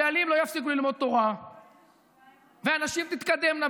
הבעלים לא יפסיקו ללמוד תורה והנשים תתקדמנה